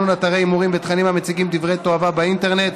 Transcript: סינון אתרי הימורים ותכנים המציגים דברי תועבה באינטרנט),